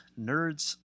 Nerds